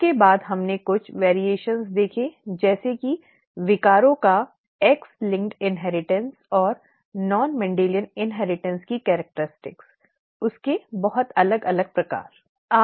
उसके बाद हमने कुछ वेरीऐशन देखे जैसे कि विकारों का एक्स लिंक्ड इन्हेरिटेंस और गैर मेंडेलियन इन्हेरिटेंस की विशेषताओं उसके बहुत अलग अलग प्रकार ठीक है